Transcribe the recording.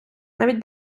навіть